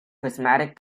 prismatic